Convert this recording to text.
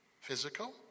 physical